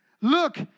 look